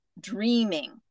dreaming